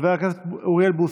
חבר הכנסת אוריאל בוסו,